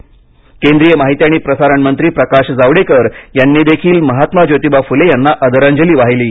जावडेकर फुले केंद्रीय माहिती आणि प्रसारण मंत्री प्रकाश जावडेकर यांनीदेखील महात्मा ज्योतिबा फुले यांना आदरांजली वाहिली आहे